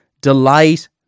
delight